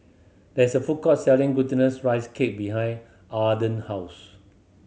there is a food court selling Glutinous Rice Cake behind Arden house